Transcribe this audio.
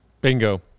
Bingo